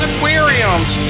Aquariums